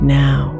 now